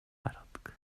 гаргадаг